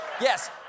Yes